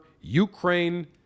Ukraine